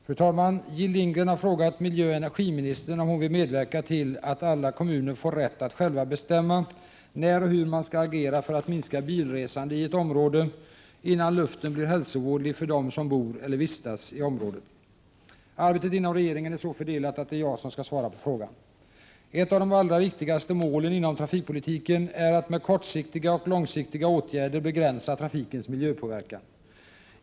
Fru talman! Jill Lindgren har frågat miljöoch energiministern om hon vill medverka till att alla kommuner får rätt att själva bestämma när och hur man skall agera för att minska bilresande i ett område innan luften blir hälsovådlig för dem som bor eller vistas i området. Arbetet inom regeringen är så fördelat att det är jag som skall svara på frågan. Ett av de allra viktigaste målen inom trafikpolitiken är att med kortsiktiga och långsiktiga åtgärder begränsa trafikens miljöpåverkan.